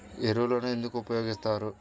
ఎరువులను ఎందుకు ఉపయోగిస్తారు?